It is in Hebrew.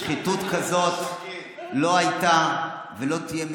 שחיתות כזאת לא הייתה ולא תהיה לעולם.